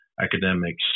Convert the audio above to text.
academics